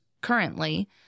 currently